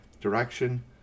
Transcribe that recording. direction